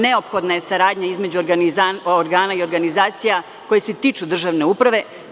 Neophodna je saradnja između organa i organizacija koji se tiču državne uprave.